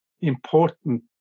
important